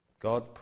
God